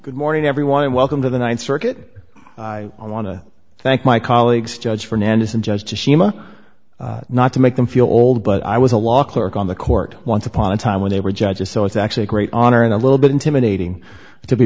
good morning everyone and welcome to the th circuit i want to thank my colleagues judge fernand isn't just to sima not to make them feel old but i was a law clerk on the court once upon a time when they were judges so it's actually a great honor and a little bit intimidating